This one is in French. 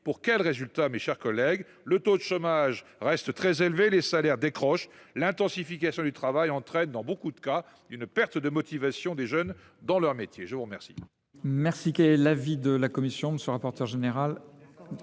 Pour quel résultat, mes chers collègues ? Le taux de chômage reste très élevé, les salaires décrochent et l’intensification du travail entraîne, dans beaucoup de cas, une perte de motivation des jeunes dans leur métier. L’amendement